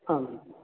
आम्